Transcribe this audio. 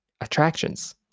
attractions